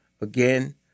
again